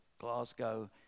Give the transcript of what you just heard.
Glasgow